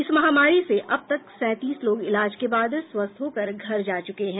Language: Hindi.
इस महामारी से अब तक सैंतीस लोग इलाज के बाद स्वस्थ होकर घर जा चुके हैं